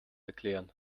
erklären